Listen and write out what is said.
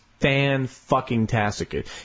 Fan-fucking-tastic